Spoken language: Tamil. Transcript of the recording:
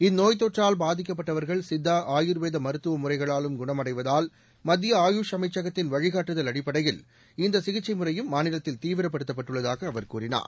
இந்நோய்த் தொற்றால் பாதிக்கப்பட்டவர்கள் சித்தா ஆயுர்வேத மருத்துவ முறைகளாலும் குணமடைவதால் மத்திய ஆயுஷ் அமைச்சகத்தின் வழிகாட்டுதல் அடிப்படையில் இந்த சிகிச்சை முறையும் மாநிலத்தில் தீவிரப்படுத்தப்பட்டுள்ளதாக அவர் கூறினார்